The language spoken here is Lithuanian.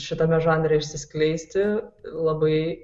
šitame žanre išsiskleisti labai